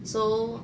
so